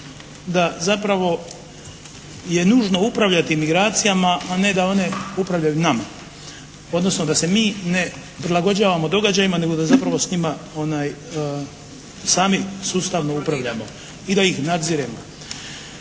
da zapravo je nužno upravljati migracijama, a ne da one upravljaju nama, odnosno da se mi ne prilagođavamo događajima, nego da zapravo s njima sami sustavno upravljamo i da ih nadziremo.